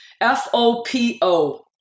F-O-P-O